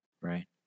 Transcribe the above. Right